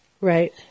Right